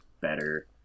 better